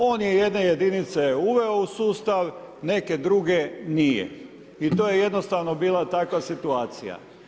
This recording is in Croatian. On je jedne jedinice uveo u sustav, neke druge nije i to je jednostavno bila takva situacija.